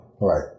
Right